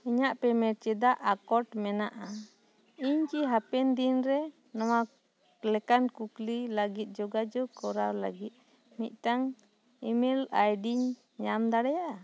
ᱤᱧᱟᱹᱜ ᱯᱮᱢᱮᱱᱴ ᱪᱮᱫᱟᱜ ᱟᱠᱚᱴ ᱢᱮᱱᱟᱜᱼᱟ ᱤᱧ ᱠᱤ ᱦᱟᱯᱮᱱ ᱫᱤᱱ ᱨᱮ ᱱᱚᱶᱟ ᱞᱮᱠᱟᱱ ᱠᱩᱠᱞᱤ ᱞᱟᱹᱜᱤᱫ ᱡᱳᱜᱟᱡᱳᱜᱽ ᱠᱚᱨᱟᱣ ᱞᱟᱹᱜᱤᱫ ᱢᱤᱫᱴᱟᱝ ᱤᱢᱮᱞ ᱟᱭᱰᱤᱧ ᱧᱟᱢ ᱫᱟᱲᱮᱭᱟᱜᱼᱟ